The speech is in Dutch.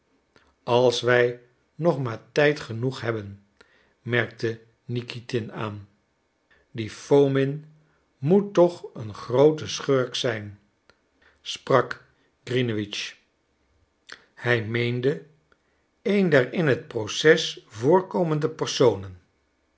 als wij nog maar tijd genoeg hebben merkte nikitin aan die foomin moet toch een groote schurk zijn sprak grinewitsch hij meende een der in het proces voorkomende personen